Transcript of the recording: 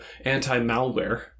anti-malware